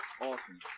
Awesome